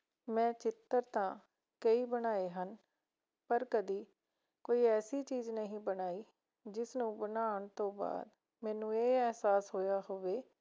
ਮੈਂ ਚਿੱਤਰ ਤਾਂ ਕਈ ਬਣਾਏ ਹਨ ਪਰ ਕਦੇ ਕੋਈ ਐਸੀ ਚੀਜ਼ ਨਹੀਂ ਬਣਾਈ ਜਿਸ ਨੂੰ ਬਣਾਉਣ ਤੋਂ ਬਾਅਦ ਮੈਨੂੰ ਇਹ ਅਹਿਸਾਸ ਹੋਇਆ ਹੋਵੇ